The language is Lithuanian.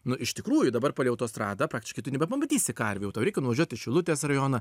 nu iš tikrųjų dabar palei autostradą praktiškai tu nebepamatysi karvių jau tau reikia nuvažiuot į šilutės rajoną